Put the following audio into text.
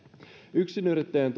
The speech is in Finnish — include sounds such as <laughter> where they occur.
yksinyrittäjän <unintelligible>